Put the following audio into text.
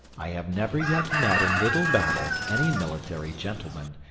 i have never yet met in little battle any military gentleman,